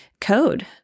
code